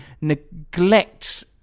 neglects